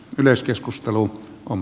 yleiskeskustelu on